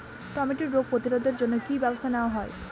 টমেটোর রোগ প্রতিরোধে জন্য কি কী ব্যবস্থা নেওয়া হয়?